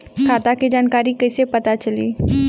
खाता के जानकारी कइसे पता चली?